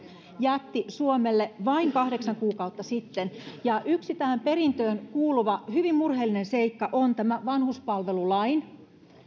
jätti suomelle vain kahdeksan kuukautta sitten yksi tähän perintöön kuuluva hyvin murheellinen seikka on tämä vanhuspalvelulain